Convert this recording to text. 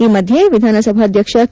ಈ ಮಧ್ಯೆ ವಿಧಾನಸಭಾಧ್ಯಕ್ಷ ಕೆ